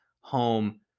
home